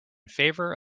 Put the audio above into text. favor